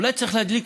אולי צריך להדליק